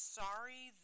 sorry